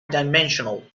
dimensional